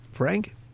Frank